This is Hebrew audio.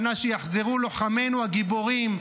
שנה שיחזרו לוחמינו הגיבורים,